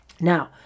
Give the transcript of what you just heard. Now